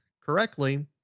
correctly